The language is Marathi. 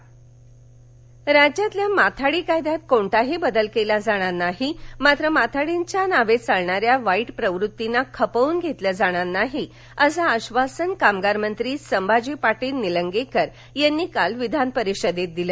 विधिमंडळ कामकाज राज्यातल्या माथाडी कायद्यात कोणताही बदल केला जाणार नाही मात्र माथाडींच्या नावे चालणाऱ्या वाईट प्रवृत्तींना खपवून घेतलं जाणार नाही असं आधासन कामगार मंत्री संभाजी पाटील निलंगेकर यांनी काल विधानपरिषदेत दिल